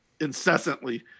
incessantly